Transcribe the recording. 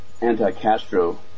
anti-Castro